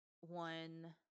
one